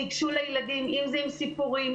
ניגשו לילדים אם זה עם סיפורים,